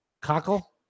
Cockle